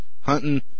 Hunting